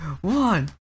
one